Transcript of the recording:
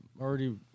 already